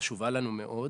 חשובה לנו מאוד.